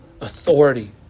authority